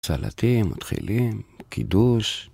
סלטים, מתחילים, קידוש.